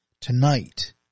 tonight